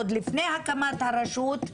עוד לפני הקמת הרשות,